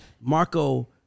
Marco